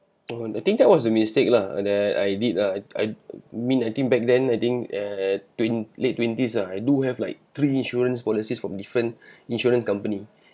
oh I think that was a mistake lah that I did uh I mean I think back then I think eh twen~ late twenties ah I do have like three insurance policies from different insurance company